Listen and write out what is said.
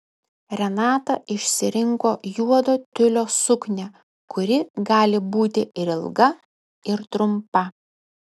renata išsirinko juodo tiulio suknią kuri gali būti ir ilga ir trumpa